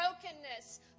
brokenness